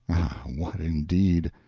what, indeed!